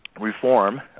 reform